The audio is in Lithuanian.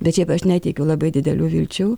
bet šiaip aš neteikiu labai didelių vilčių